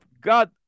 God